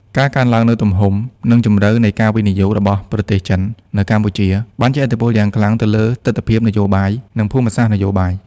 ការកើនឡើងនូវទំហំ និងជម្រៅនៃការវិនិយោគរបស់ប្រទេសចិននៅកម្ពុជា បានជះឥទ្ធិពលយ៉ាងខ្លាំងទៅលើទិដ្ឋភាពនយោបាយ និងភូមិសាស្ត្រនយោបាយ។